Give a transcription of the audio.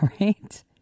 right